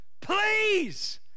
please